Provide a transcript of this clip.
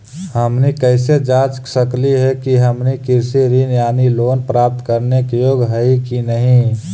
हमनी कैसे जांच सकली हे कि हमनी कृषि ऋण यानी लोन प्राप्त करने के योग्य हई कि नहीं?